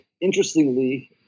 Interestingly